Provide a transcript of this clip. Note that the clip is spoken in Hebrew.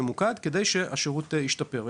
כדי שהשירות ישתפר.